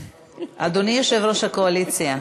קצת, אדוני יושב-ראש הקואליציה,